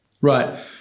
Right